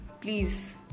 please